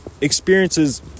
experiences